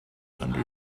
under